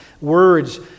words